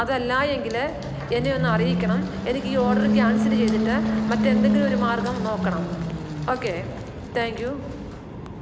അതല്ല എങ്കിൽ എന്നെ ഒന്ന് അറിയിക്കണം എനിക്ക് ഈ ഓർഡറ് ക്യാൻസൽ ചെയ്തിട്ട് മറ്റെന്തെങ്കിലും ഒരു മാർഗ്ഗം നോക്കണം ഓക്കേ താങ്ക് യു